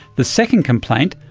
the second complaint,